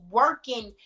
working